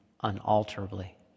unalterably